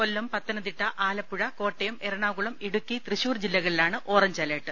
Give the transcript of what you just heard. കൊല്ലം പത്തനംതിട്ട ആലപ്പുഴ കോട്ടയം എറണാകുളം ഇടുക്കി തൃശൂർ ജില്ലകളിലാണ് orange alert